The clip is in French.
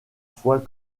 fois